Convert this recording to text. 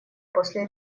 после